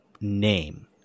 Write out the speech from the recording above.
name